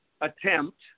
attempt